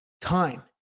time